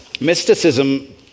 Mysticism